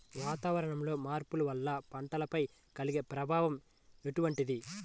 వాతావరణంలో మార్పుల వల్ల పంటలపై కలిగే ప్రభావం ఎటువంటిది?